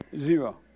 Zero